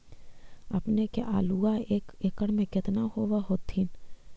अपने के आलुआ एक एकड़ मे कितना होब होत्थिन?